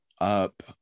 up